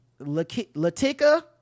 Latika